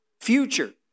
future